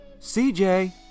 CJ